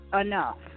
enough